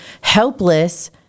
helpless